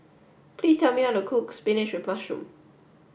please tell me how to cook Spinach with mushroom